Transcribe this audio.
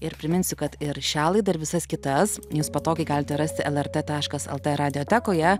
ir priminsiu kad ir šią laidą ir visas kitas jūs patogiai galite rasti lrt taškas lt radiotekoje